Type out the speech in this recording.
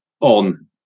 on